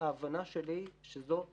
הבנה שלי היא שזו טעות.